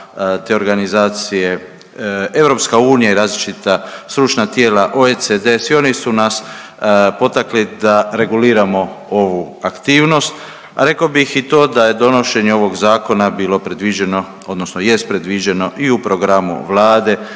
te organizacije, EU i različita stručna tijela, OECD, svi oni su nas potakli da reguliramo ovu aktivnost, a rekao bih i to da je donošenje ovog Zakona bilo predviđeno, odnosno jest predviđeno i u programu Vlade